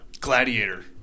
Gladiator